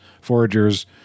foragers